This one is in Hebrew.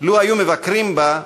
לו היו מבקרים בה,